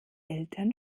eltern